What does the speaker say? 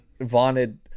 vaunted